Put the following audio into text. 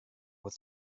with